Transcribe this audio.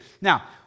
Now